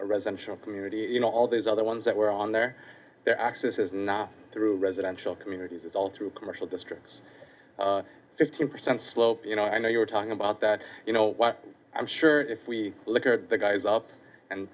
a residential community you know all these other ones that were on there access is not through residential communities it's all through commercial districts fifteen percent slope you know i know you were talking about that you know what i'm sure if we look at the guys up and